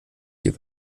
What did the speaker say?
sie